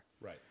Right